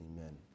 Amen